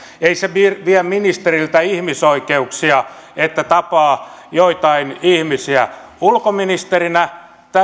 ei se vie ministeriltä ihmisoikeuksia että tapaa joitain ihmisiä ulkoministerinä